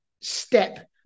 step